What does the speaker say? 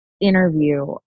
interview